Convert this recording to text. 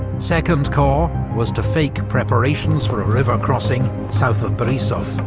second corps was to fake preparations for a river crossing south of borisov,